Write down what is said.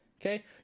okay